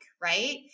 Right